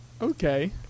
Okay